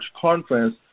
conference